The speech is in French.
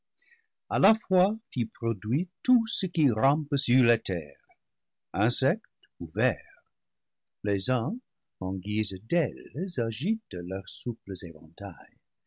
a la fois fut produit tout ce qui rampe sur la terre insecte ce ou ver les uns en guise d'ailes agitent leurs souples